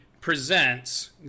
presents